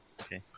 Okay